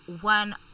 one